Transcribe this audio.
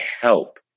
help